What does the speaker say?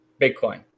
Bitcoin